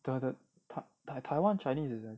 the the taiwan chinese is